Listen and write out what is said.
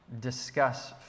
discuss